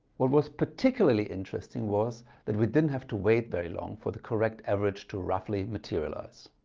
what was particularly interesting was that we didn't have to wait very long for the correct average to roughly materialize.